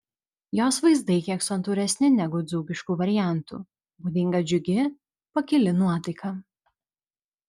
jos vaizdai kiek santūresni negu dzūkiškų variantų būdinga džiugi pakili nuotaika